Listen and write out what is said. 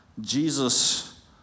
Jesus